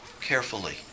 carefully